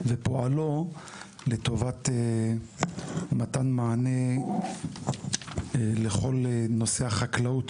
ופועלו לטובת מתן מענה לכל נושא החקלאות,